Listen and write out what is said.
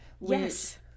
Yes